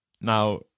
Now